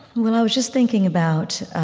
well, i was just thinking about